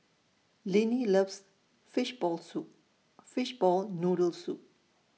Linnie loves Fishball Soup Fishball Noodle Soup